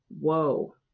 Whoa